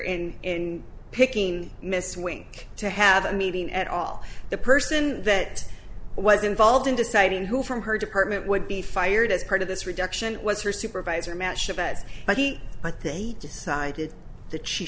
in picking miss wink to have a meeting at all the person that was involved in deciding who from her department would be fired as part of this reduction was her supervisor mash about but he but they decided that she